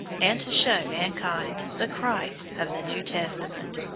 and to show mankind the christ of the new testament.